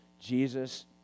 Jesus